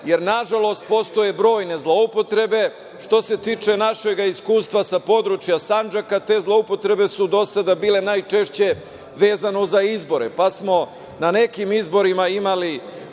jer nažalost postoje brojne zloupotrebe, što se tiče našeg iskustva sa područja Sandžaka, te zloupotrebe su do sada bile najčešće vezano za izbore. Pa, smo na nekim izborima imali